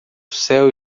céu